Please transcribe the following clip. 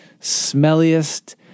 smelliest